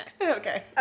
Okay